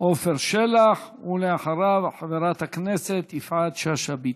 עפר שלח, ואחריו, חברת הכנסת יפעת שאשא ביטון.